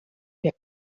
wer